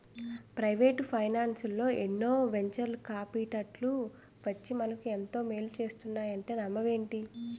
Private ఫైనాన్సల్లో ఎన్నో venture కాపిటల్లు వచ్చి మనకు ఎంతో మేలు చేస్తున్నాయంటే నమ్మవేంటి?